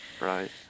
Right